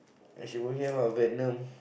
and she wouldn't hear about Venom